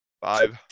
Five